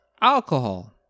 Alcohol